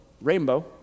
rainbow